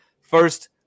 first